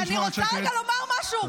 אני רוצה רגע לומר משהו.